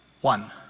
One